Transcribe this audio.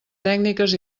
tècniques